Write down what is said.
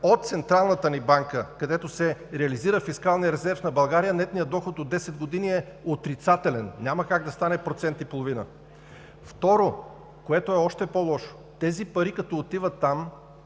от Централната ни банка, където се реализира фискалният резерв на България, нетният доход от десет години е отрицателен! Няма как да стане процент и половина! Второ, което е още по-лошо, тези пари, като отиват там